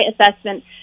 assessment